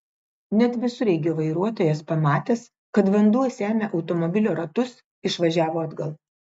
net visureigio vairuotojas pamatęs kad vanduo semia automobilio ratus išvažiavo atgal